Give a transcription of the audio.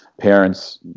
Parents